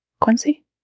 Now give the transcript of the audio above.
Quincy